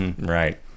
Right